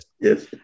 Yes